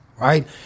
right